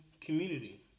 community